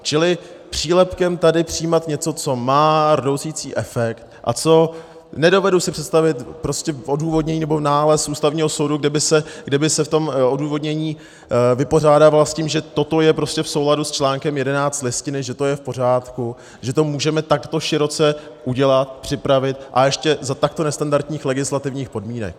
Čili přílepkem tady přijímat něco, co má rdousicí efekt a co nedovedu si představit odůvodnění nebo nález Ústavního soudu, kde by se v tom odůvodnění vypořádával s tím, že toto je prostě v souladu s čl. 11 Listiny, že to je v pořádku, že to můžeme takto široce udělat, připravit, a ještě za takto nestandardních legislativních podmínek.